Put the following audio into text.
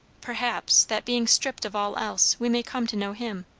perhaps, that being stripped of all else, we may come to know him.